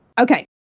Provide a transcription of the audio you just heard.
okay